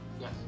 Yes